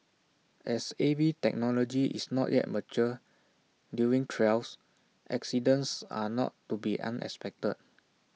as A V technology is not yet mature during trials accidents are not to be unexpected